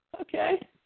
okay